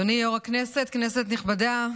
אדוני יו"ר הישיבה, כנסת נכבדה,